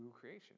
creation